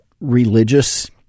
religious